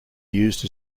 used